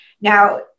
Now